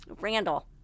Randall